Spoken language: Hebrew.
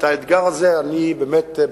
את האתגר הזה אני באמת,